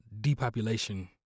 depopulation